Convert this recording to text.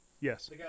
Yes